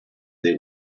they